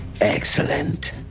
Excellent